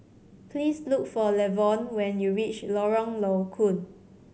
please look for Lavon when you reach Lorong Low Koon